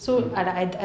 mm